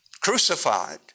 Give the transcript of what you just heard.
crucified